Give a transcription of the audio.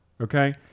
Okay